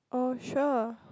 oh sure